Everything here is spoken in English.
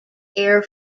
air